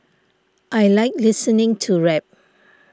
I like listening to rap